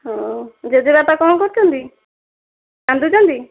ହଁ ଜେଜେବାପା କ'ଣ କରୁଛନ୍ତି କାନ୍ଦୁଛନ୍ତି